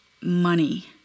money